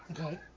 Okay